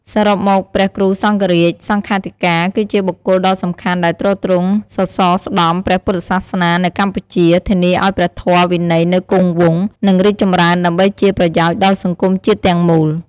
សរុបមក ព្រះគ្រូសង្ឃរាជ/សង្ឃាធិការ គឺជាបុគ្គលដ៏សំខាន់ដែលទ្រទ្រង់សសរស្តម្ភព្រះពុទ្ធសាសនានៅកម្ពុជា ធានាឱ្យព្រះធម៌វិន័យនៅគង់វង្ស និងរីកចម្រើនដើម្បីជាប្រយោជន៍ដល់សង្គមជាតិទាំងមូល។